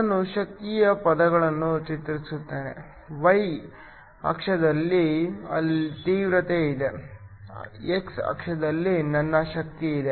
ನಾನು ಶಕ್ತಿಯ ಪದ್ಯಗಳನ್ನು ಚಿತ್ರಿಸುತ್ತೇನೆ y ಆಕ್ಸಿಸ್ ಅಲ್ಲಿ ತೀವ್ರತೆ ಇದೆ x ಅಕ್ಷದಲ್ಲಿ ನನಗೆ ಶಕ್ತಿ ಇದೆ